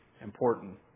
important